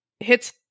hits